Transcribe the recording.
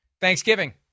Thanksgiving